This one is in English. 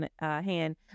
hand